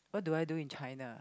what do I do in China